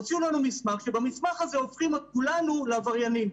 הוציאו לנו מסמך שבו הופכים את כולנו לעבריינים.